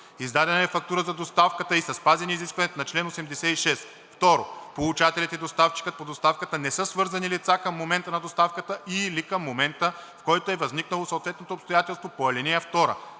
издадена е фактура за доставката и са спазени изискванията на чл. 86; 2. получателят и доставчикът по доставката не са свързани лица към момента на доставката и/или към момента, в който е възникнало съответното обстоятелство по ал. 2;